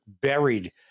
buried